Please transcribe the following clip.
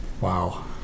Wow